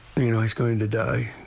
you you know it's going to die.